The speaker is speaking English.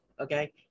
okay